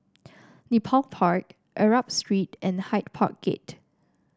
Nepal Park Arab Street and Hyde Park Gate